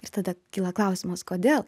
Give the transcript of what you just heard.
ir tada kyla klausimas kodėl